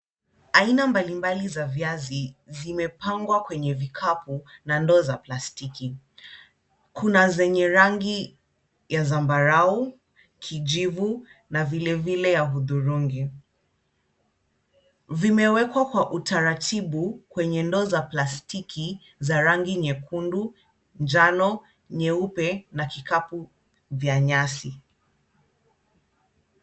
Aina mbalimbali za viazi zimepangwa kwenye vikapu na ndoo za plastiki. Kuna zenye rangi ya zambarau, kijivu na vilevile ya hudhurungi. Vimewekwa kwa utaratibu kwenye ndoo za plastiki za rangi nyekundu, njano, nyeupe na kikapu vya nyasi.